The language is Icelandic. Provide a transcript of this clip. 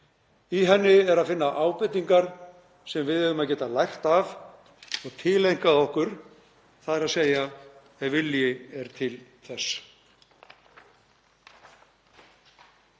Í henni er að finna ábendingar sem við eigum að geta lært af og tileinkað okkur, þ.e. ef vilji er til þess.